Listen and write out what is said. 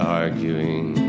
arguing